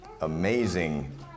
amazing